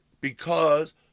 because-